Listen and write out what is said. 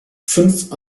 fünf